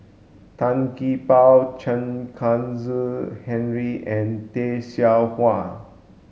Tan Gee Paw Chen Kezhan Henri and Tay Seow Huah